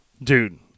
Dude